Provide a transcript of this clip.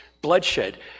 bloodshed